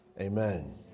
Amen